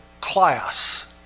class